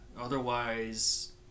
Otherwise